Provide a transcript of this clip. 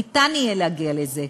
ניתן יהיה להגיע לזה.